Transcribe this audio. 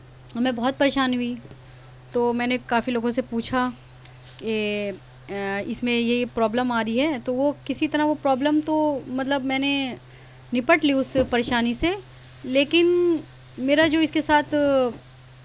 تو میں بہت پریشان ہوئی تو میں نے کافی لوگوں سے پوچھا کہ اس میں یہ یہ پرابلم آ رہی ہے تو وہ کسی طرح وہ پرابلم تو مطلب میں نے نپٹ لی اس پریشانی سے لیکن میرا جو اس کے ساتھ